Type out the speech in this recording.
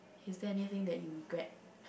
is that anything that you regret